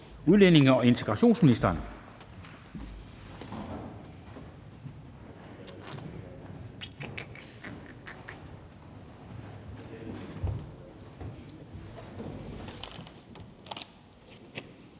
Udlændinge- og integrationsministeren.